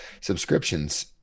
subscriptions